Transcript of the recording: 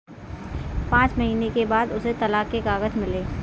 पांच महीने के बाद उसे तलाक के कागज मिले